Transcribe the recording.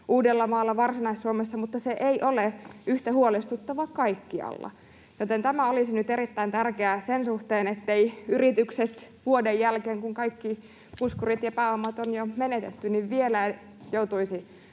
Uudellamaalla ja Varsinais-Suomessa, mutta se ei ole yhtä huolestuttava kaikkialla? Tämä olisi nyt erittäin tärkeää sen suhteen, etteivät yritykset vuoden jälkeen, kun kaikki puskurit ja pääomat on jo menetetty, joutuisi